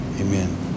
Amen